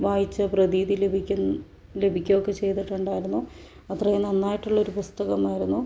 വായിച്ച പ്രതീതി ലഭിക്കും ലഭിക്കൊക്കെ ചെയ്തിട്ടുണ്ടായിരുന്നു അത്രയും നന്നായിട്ടുള്ളൊരു പുസ്തകമായിരുന്നു